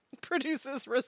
produces